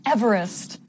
Everest